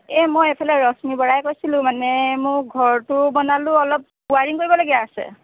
এই মই এইফালে ৰশ্মি বৰাই কৈছিলোঁ মানে মোৰ ঘৰটো বনালোঁ অলপ ৱাৰিং কৰিবলগীয়া আছে